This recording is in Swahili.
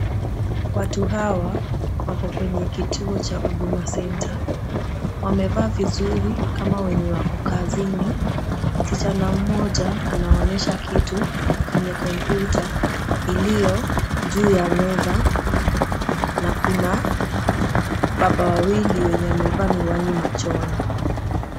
Watu Hawa wako kwenye kituo Cha huduma center (cs) wamevaa vizuri kama wenye wako kazini , msichana mmoja anawaonyesha kitu kwenye kompyuta iliyo juu ya meza na kuna baba wawili wenye wamevaa miwani machoni.